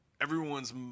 everyone's